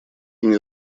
мне